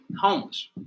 homeless